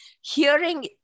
Hearing